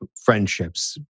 friendships